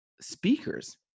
speakers